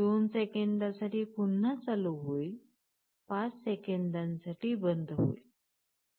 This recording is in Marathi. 2 सेकंदासाठी पुन्हा चालू होईल 5 सेकंदांसाठी बंद होईल